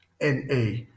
NA